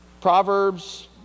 Proverbs